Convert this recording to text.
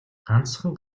ганцхан